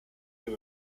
you